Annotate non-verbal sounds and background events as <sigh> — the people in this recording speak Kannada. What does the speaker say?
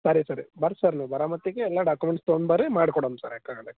ಸರಿ ಸರಿ ಬರ್ರಿ ಸರ್ ನೀವು ಬರೋ ಮಟ್ಟಿಗೆ ಎಲ್ಲ ಡಾಕ್ಯುಮೆಂಟ್ಸ್ ತಗೊಂಡ್ಬರ್ರಿ ಮಾಡಿ ಕೊಡೋಣ ಸರ್ <unintelligible>